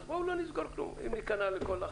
אז בואו לא נסגור כלום וניכנע לכל הלחצים.